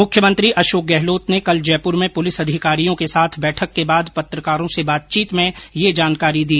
मुख्यमंत्री अशोक गहलोंत ने कल जयपुर में पुलिस अधिकारियों के साथ बैठक के बाद पत्रकारों से बातचीत में ये जानकारी दी